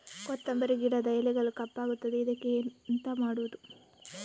ಕೊತ್ತಂಬರಿ ಗಿಡದ ಎಲೆಗಳು ಕಪ್ಪಗುತ್ತದೆ, ಇದಕ್ಕೆ ಎಂತ ಮಾಡೋದು?